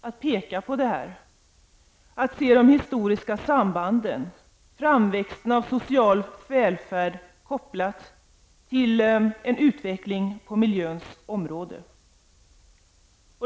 Det är alltså angeläget att se de historiska sambanden framvuxna ur social välfärd kopplad till en utveckling på miljöns område.